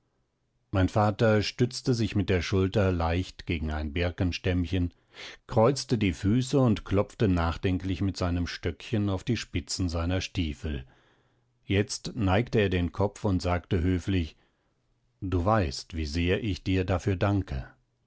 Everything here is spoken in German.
mein vater stützte sich mit der schulter leicht gegen ein birkenstämmchen kreuzte die füße und klopfte nachdenklich mit seinem stöckchen auf die spitzen seiner stiefel jetzt neigte er den kopf und sagte höflich du weißt wie sehr ich dir dafür danke